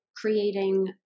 creating